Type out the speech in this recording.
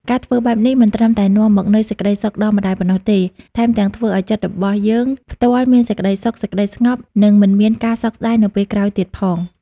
ការធ្វើបែបនេះមិនត្រឹមតែនាំមកនូវសេចក្ដីសុខដល់ម្ដាយប៉ុណ្ណោះទេ ថែមទាំងធ្វើឲ្យចិត្តរបស់យើងផ្ទាល់មានសេចក្ដីសុខ សេចក្ដីស្ងប់ និងមិនមានការសោកស្ដាយនៅពេលក្រោយទៀតផង។